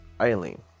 Eileen